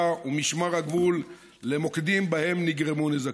ומשמר הגבול למוקדים שבהם נגרמו נזקים.